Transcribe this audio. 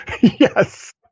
Yes